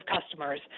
customers